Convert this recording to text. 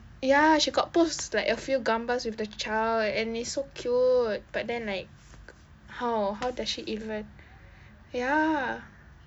ya she got post like a few gambars with the child and it's so cute but then like how how does she even ya